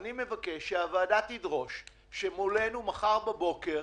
אני מבקש שהוועדה תדרוש שמולנו מחר בבוקר